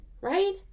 right